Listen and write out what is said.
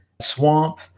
swamp